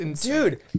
dude